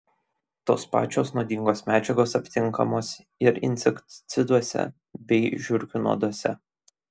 tos pačios nuodingos medžiagos aptinkamos ir insekticiduose bei žiurkių nuoduose